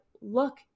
look